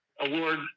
Award